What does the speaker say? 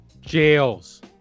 jails